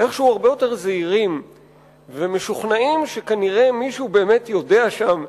הרבה יותר זהירים ומשוכנעים שמישהו יודע שם,